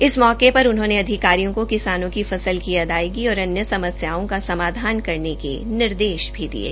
इस मौके पर उन्होंने अधिकारियों को किसानों की फसल की अदायगी और अन्य समस्याओं का समाधान करने के निर्देश दिये